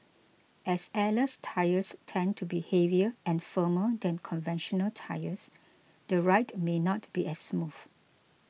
as airless tyres tend to be heavier and firmer than conventional tyres the ride may not be as smooth